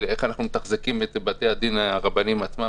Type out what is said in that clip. של איך אנחנו מתחזקים את בתי הדין הרבניים עצמם,